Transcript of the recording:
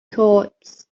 courts